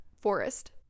Forest